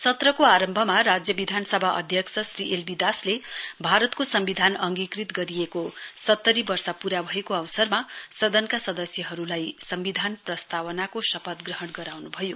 सत्रको आरम्भमा राज्य विधानसभा अध्यक्ष श्री एल बी दासले भारतको सम्विधान अंगीकृत गरिएको सत्तरी वर्ष पूरा भएको अवसरमा सदनका सदस्यहरुलाई सम्विधान प्रस्तावनाको शपथ ग्रहण गराउनुभयो